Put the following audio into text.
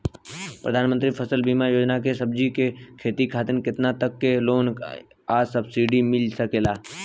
प्रधानमंत्री फसल बीमा योजना से सब्जी के खेती खातिर केतना तक के लोन आ सब्सिडी मिल सकेला?